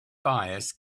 bias